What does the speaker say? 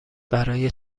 برای